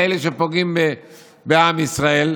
לאלה שפוגעים בעם ישראל.